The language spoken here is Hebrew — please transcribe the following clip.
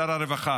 לשר הרווחה